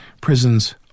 prisons